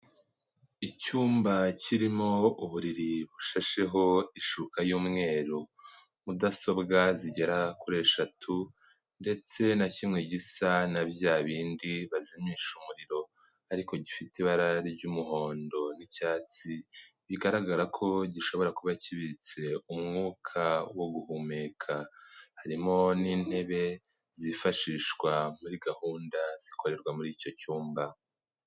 Icyumba kirimo uburiri bushasheho ishuka y'umweru, mudasobwa zigera kuri eshatu ndetse na kimwe gisa na bya bindi bazimisha umuriro ariko gifite ibara ry'umuhondo n'icyatsi, bigaragara ko gishobora kuba kibitse umwuka wo guhumeka. Harimo n'intebe zifashishwa muri gahunda zikorerwa muri icyo cyumba.